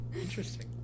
Interesting